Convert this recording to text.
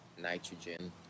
nitrogen